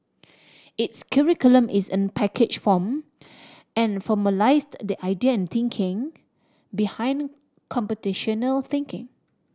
its curriculum is in a packaged form and formalised the idea and thinking behind computational thinking